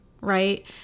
Right